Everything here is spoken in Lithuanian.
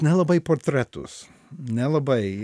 nelabai portretus nelabai